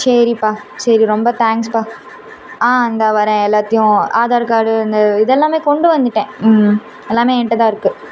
சரிப்பா சரி ரொம்ப தேங்க்ஸுப்பா ஆ இந்தா வர்றேன் எல்லாத்தையும் ஆதார் கார்டு இந்த இதெல்லாமே கொண்டு வந்துவிட்டேன் ம் எல்லாமே என்ட்ட தான் இருக்குது